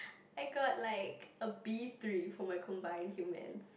I got like a B three for my combined humans